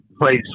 place